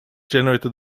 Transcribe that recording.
generated